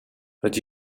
hat